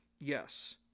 Yes